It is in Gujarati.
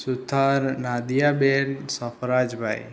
સુથાર નાદિયાબેન સફરાજભાઈ